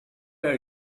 are